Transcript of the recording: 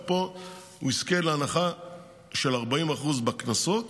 ופה הוא יזכה להנחה של 40% בקנסות.